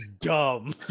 dumb